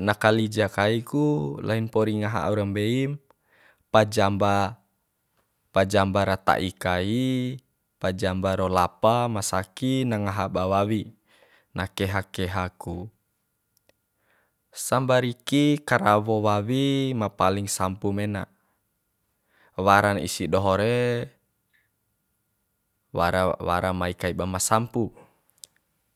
na kalija kai ku lain pori ngaha au ra mbeim pajamba pajamba ra ta'i kai pajamba ro lapa ma sakina ngaha ba wawi na keha keha ku sambariki karawo wawi ma paling sampu mena warar isi doho re wara wara mai kaiba ma sampu